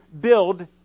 build